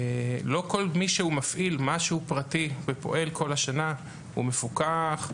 לא כל מי שמפעיל משהו פרטי ופועל כל השנה הוא מפוקח.